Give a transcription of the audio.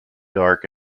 dark